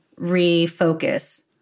refocus